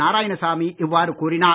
நாராயணசாமி இவ்வாறு கூறினார்